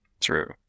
true